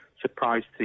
surprised